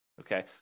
Okay